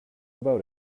about